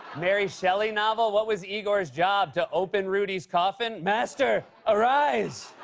mary shelley novel? what was igor's job, to open rudy's coffin? master, arise!